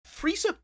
Frieza